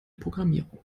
programmierung